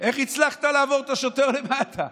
איך הצלחת לעבור את השוטר למטה?